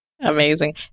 Amazing